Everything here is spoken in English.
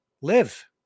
live